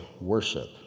worship